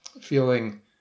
Feeling